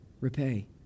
repay